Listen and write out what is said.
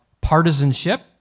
partisanship